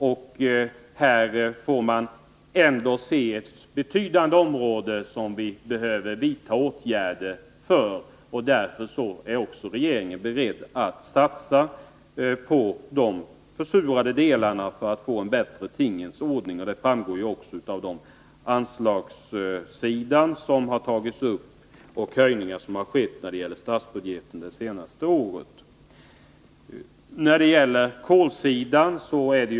Det är stora områden som vi behöver vidta åtgärder för att skydda. Regeringen är också beredd att satsa på de försurade delarna för att få en bättre tingens ordning där. Detta framgår också av anslagssidan, Förslag om betydande anslagshöjningar har lagts fram, och höjningar i statsbudgeten har också skett, bl.a. det senaste året.